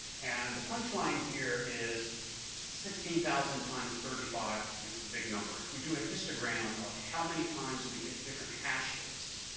and the punchline here is sixteen thousand times thirty five is a big number. if we do a histogram of how many times we get different hashes,